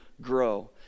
grow